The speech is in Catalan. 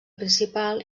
principal